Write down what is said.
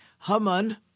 Haman